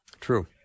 True